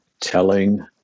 telling